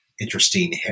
interesting